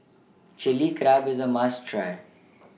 Chili Crab IS A must Try